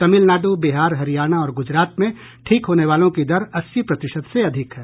तमिलनाडु बिहार हरियाणा और गुजरात में ठीक होने वालों की दर अस्सी प्रतिशत से अधिक है